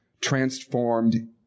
transformed